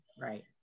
Right